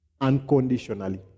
Unconditionally